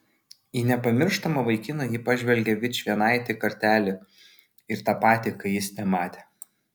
į nepamirštamą vaikiną ji pažvelgė vičvienaitį kartelį ir tą patį kai jis nematė